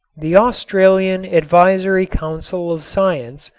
the australian advisory council of science,